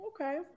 Okay